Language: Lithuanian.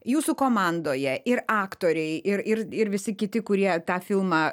jūsų komandoje ir aktoriai ir ir ir visi kiti kurie tą filmą